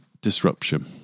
disruption